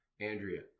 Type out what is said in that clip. Andrea